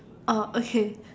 oh okay